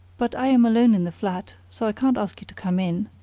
but i am alone in the flat, so i can't ask you to come in.